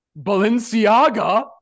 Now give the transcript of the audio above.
Balenciaga